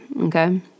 okay